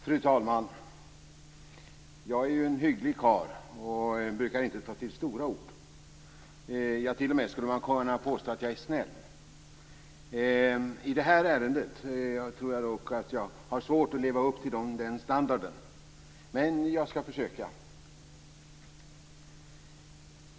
Fru talman! Jag är ju en hygglig karl och brukar inte ta till stora ord. Ja, man skulle t.o.m. kunna påstå att jag är snäll. I det här ärendet tror jag dock att jag har svårt att leva upp till den standarden men jag skall försöka.